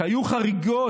שהיו חריגות,